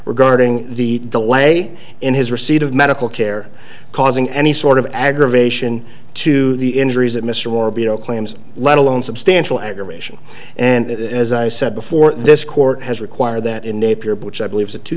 regarding the the way in his receipt of medical care causing any sort of aggravation to the injuries that mr moore beetle claims let alone substantial aggravation and as i said before this court has require that in napier which i believe the two